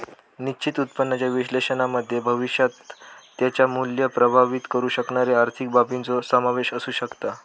निश्चित उत्पन्नाच्या विश्लेषणामध्ये भविष्यात त्याचा मुल्य प्रभावीत करु शकणारे आर्थिक बाबींचो समावेश असु शकता